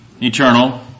eternal